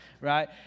right